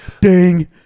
Ding